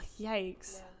yikes